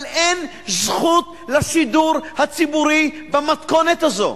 אבל: אין זכות לשידור הציבורי במתכונת הזאת.